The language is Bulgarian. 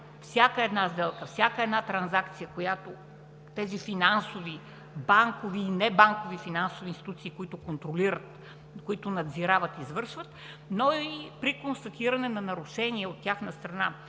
всяка една сделка, всяка една транзакция, която тези финансови, банкови и небанкови финансови институции, които контролират, надзирават и извършват, но и при констатиране на нарушение от тяхна страна